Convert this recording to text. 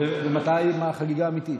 ומתי החגיגה האמיתית?